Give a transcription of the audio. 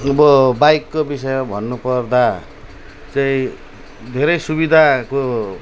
अब बाइकको विषयमा भन्नुपर्दा चाहिँ धेरै सुविधाको